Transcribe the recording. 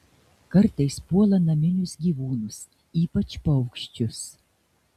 kartais puola naminius gyvūnus ypač paukščius